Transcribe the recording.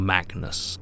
Magnus